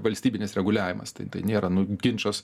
valstybinis reguliavimas tai tai nėra nu ginčas